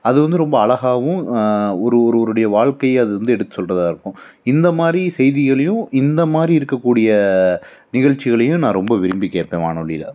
அது வந்து ரொம்ப அழகாவும் ஒரு ஒருவருடைய வாழ்க்கையை அது வந்து எடுத்து சொல்கிறதா இருக்கும் இந்த மாதிரி செய்திகளையும் இந்த மாதிரி இருக்கக்கூடிய நிகழ்ச்சிகளையும் நான் ரொம்ப விரும்பி கேட்பேன் வானொலியில்